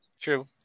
True